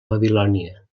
babilònia